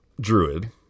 druid